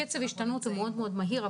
קצב ההשתנות מאוד מאוד מהיר.